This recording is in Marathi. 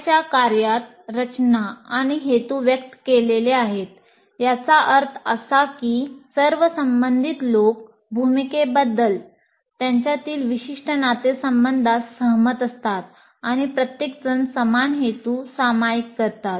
त्याच्या कार्यात रचना आणि हेतू व्यक्त केलेले आहेत याचा अर्थ असा की सर्व संबंधित लोक भूमिकेबद्दल त्यांच्यातील विशिष्ट नातेसंबंधास सहमत असतात आणि प्रत्येकजण समान हेतू सामायिक करतात